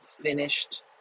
finished